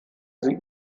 sie